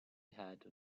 had